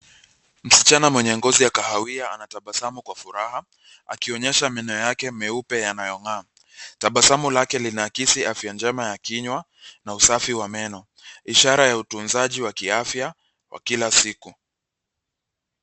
Msichana mwenye ngozi ya kahawia anatabasamu kwa furaha akionyesha meno yake meupe yanayong'aa. Tabasamu lake linaakisi afya njema ya kinywa na usafi wa meno, ishara ya utunzaji wa kiafya wa kila siku.